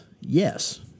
yes